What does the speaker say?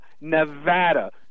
Nevada